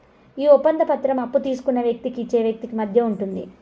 ఈ ఒప్పంద పత్రం అప్పు తీసుకున్న వ్యక్తికి ఇచ్చే వ్యక్తికి మధ్య ఉంటుంది